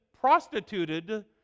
prostituted